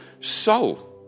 soul